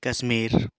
Kashmir